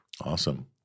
Awesome